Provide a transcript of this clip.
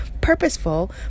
purposeful